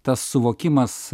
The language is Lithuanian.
tas suvokimas